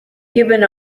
given